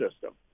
system